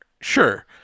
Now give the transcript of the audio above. sure